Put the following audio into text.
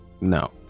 No